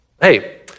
Hey